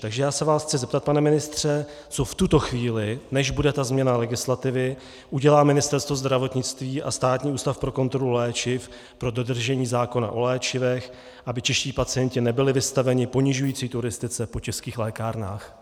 Takže já se vás chci zeptat, pane ministře, co v tuto chvíli, než bude ta změna legislativy, udělá Ministerstvo zdravotnictví a Státní ústav pro kontrolu léčiv pro dodržení zákona o léčivech, aby čeští pacienti nebyli vystaveni ponižující turistice po českých lékárnách.